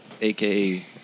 AKA